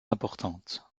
importante